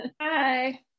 hi